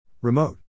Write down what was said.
Remote